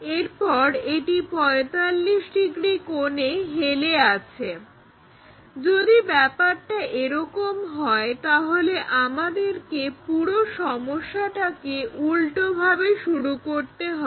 এরপর এটি 45 ডিগ্রি কোণে হেলে আছে যদি ব্যাপারটা এরকম হয় তাহলে আমাদেরকে পুরো সমস্যাকে উল্টোভাবে শুরু করতে হবে